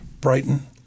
Brighton